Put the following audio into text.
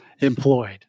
employed